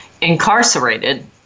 incarcerated